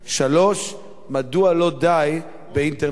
3. מדוע לא די באינטרנט קווי?